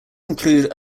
include